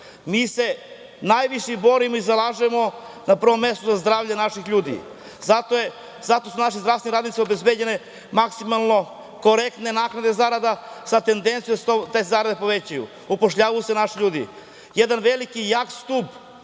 mi se najviše borimo i zalažemo na prvom mestu za zdravlje naših ljudi, zato su našim zdravstvenim radnicima obezbeđene maksimalno korektne naknade zarada, sa tendencijom da se te zarade povećaju, upošljavaju se naši ljudi. Jedan veliki i jak stub